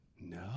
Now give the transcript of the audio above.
No